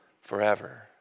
forever